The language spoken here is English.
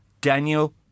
Daniel